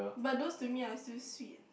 but those to me are still sweet